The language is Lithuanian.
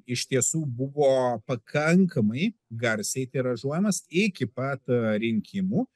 iš tiesų buvo pakankamai garsiai tiražuojamas iki pat rinkimų